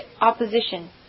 opposition